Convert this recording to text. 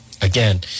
again